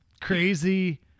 Crazy-